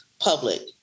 public